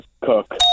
Cook